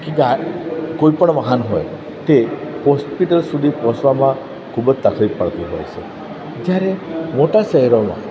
કે કોઈપણ વાહન હોય તે હોસ્પિટલ સુધી પહોંચવામાં ખૂબ જ તકલીફ પડતી હોય છે જ્યારે મોટા શહેરોમાં